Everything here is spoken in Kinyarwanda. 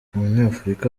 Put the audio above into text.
abanyafurika